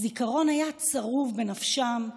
הזיכרון היה צרוב בנפשם,